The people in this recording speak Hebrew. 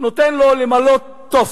הפקיד נותן לו למלא טופס,